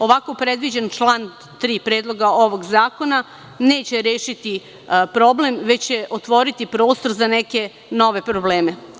Ovako predviđen član 3. Predloga zakona neće rešiti problem već će otvoriti prostor za neke nove probleme.